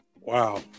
wow